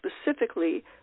specifically